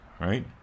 Right